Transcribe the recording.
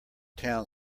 town